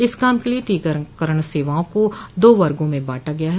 इस काम के लिए टीकाकरण सेवाओं को दो वर्गों में बांटा गया है